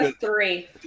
three